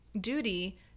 duty